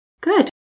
Good